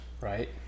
Right